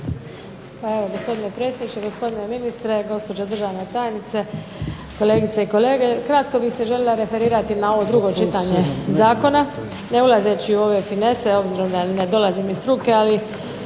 Hvala gospodine predsjedniče, gospodine ministre, gospođo državna tajnice, kolegice i kolege. Kratko bih se željela referirati na ovo drugo čitanje zakona ne ulazeći u ove finese obzirom da ni ne dolazim iz struke, ali